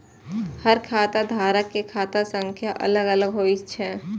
हर खाता धारक के खाता संख्या अलग अलग होइ छै